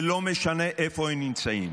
ולא משנה איפה הם נמצאים.